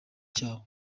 cyabo